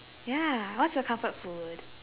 ya what's your comfort food